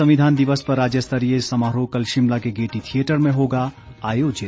संविधान दिवस पर राज्य स्तरीय समारोह कल शिमला के गेयटी थियेटर में होगा आयोजित